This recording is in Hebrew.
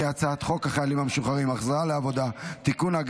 הצעת חוק החיילים המשוחררים (החזרה לעבודה) (תיקון,